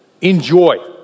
Enjoy